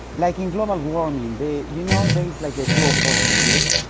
like in global warming, the, you know, there is like a two opposing views,